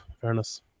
Fairness